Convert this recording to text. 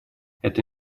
это